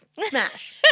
Smash